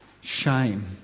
shame